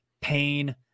pain